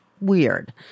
weird